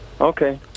okay